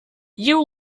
you